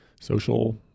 social